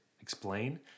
explain